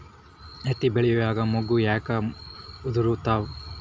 ಹತ್ತಿ ಬೆಳಿಯಾಗ ಮೊಗ್ಗು ಯಾಕ್ ಉದುರುತಾವ್?